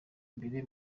imbere